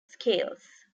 scales